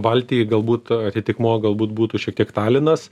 baltijai galbūt atitikmuo galbūt būtų šiek tiek talinas